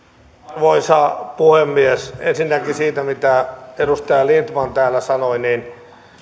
arvoisa puhemies ensinnäkin siitä mitä edustaja lindtman täällä sanoi